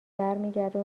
برمیگرده